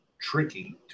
tricky